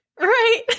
Right